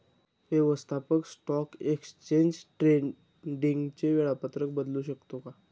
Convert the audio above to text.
व्यवस्थापक stock exchange ट्रेडिंगचे वेळापत्रक बदलू शकतो का?